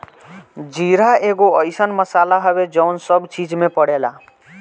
जीरा एगो अइसन मसाला हवे जवन सब चीज में पड़ेला